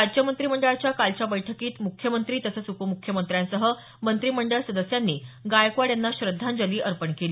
राज्य मंत्रिमंडळाच्या कालच्या बैठकीत म्ख्यमंत्री तसंच उपमुख्यमंत्र्यासह मंत्रिमंडळ सदस्यांनी गायकवाड यांना श्रद्धांजली अर्पण केली